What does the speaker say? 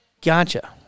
Gotcha